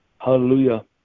Hallelujah